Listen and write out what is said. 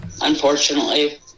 unfortunately